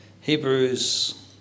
Hebrews